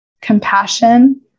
compassion